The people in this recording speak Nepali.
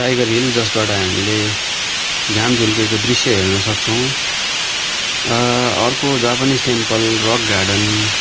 टाइगर हिल जसबाट हामीले घाम झुल्केको दृश्य हेर्न सक्छौँ अर्को जापानिस टेम्पल रक गार्डन